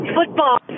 Football